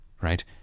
right